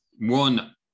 one